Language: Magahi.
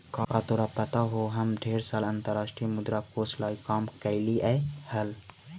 का तोरा पता हो हम ढेर साल अंतर्राष्ट्रीय मुद्रा कोश लागी काम कयलीअई हल